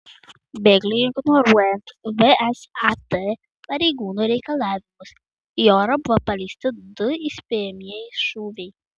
bėgliui ignoruojant vsat pareigūnų reikalavimus į orą buvo paleisti du įspėjamieji šūviai